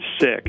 sick